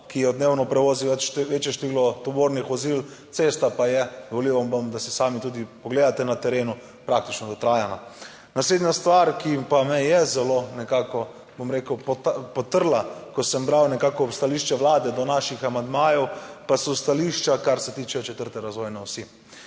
ki jo dnevno prevozijo večje število tovornih vozil, cesta pa je, dovolil vam bom, da si sami tudi pogledate, na terenu praktično dotrajana. Naslednja stvar, ki pa me je zelo nekako, bom rekel, potrla, ko sem bral nekako stališče Vlade do naših amandmajev, pa so stališča kar se tiče četrte razvojne osi.